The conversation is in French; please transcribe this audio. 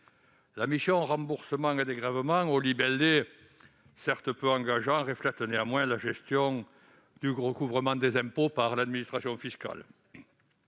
La mission « Remboursements et dégrèvements », au libellé certes peu engageant, reflète néanmoins la gestion du recouvrement des impôts par l'administration fiscale.